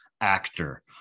actor